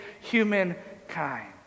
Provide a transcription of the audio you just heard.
humankind